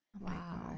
Wow